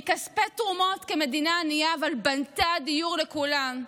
מכספי תרומות כמדינה ענייה, אבל בנתה דירות לכולם.